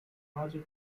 larger